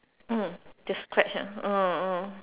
mm just scratch ah ah ah